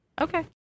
okay